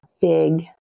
big